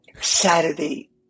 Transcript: Saturday